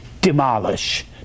demolish